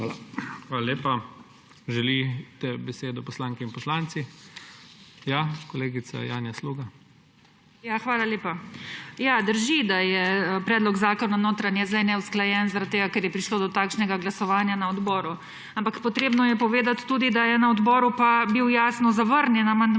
ZORČIČ: Hvala lepa. Želite besedo poslanke in poslanci! Ja, kolegica Janja Sluga. JANJA SLUGA (PS NP): Hvala lepa. Drži, da je predlog zakona notranje zdaj neusklajen zaradi tega, ker je prišlo do takšnega glasovanja na odboru. Ampak potrebno je povedati tudi, da je na odboru bil jasno zavrnjen amandma